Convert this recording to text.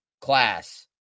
class